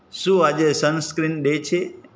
શું આજે sunscreen day છે